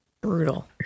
Brutal